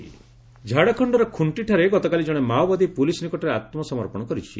JH ଝାଡ଼ଖଣ୍ଡର ଖୁଷ୍ଟିଠାରେ ଗତକାଲି ଜଣେ ମାଓବାଦୀ ପୁଲିସ୍ ନିକଟରେ ଆତ୍ମସମର୍ପଶ କରିଛି